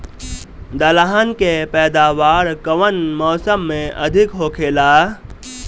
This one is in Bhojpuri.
दलहन के पैदावार कउन मौसम में अधिक होखेला?